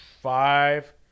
five